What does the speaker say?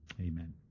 Amen